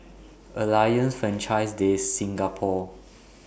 Alliance Francaise De Singapour